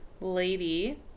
lady